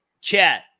chat